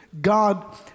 God